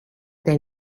their